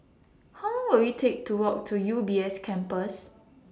How Long Will IT Take to Walk to U B S Campus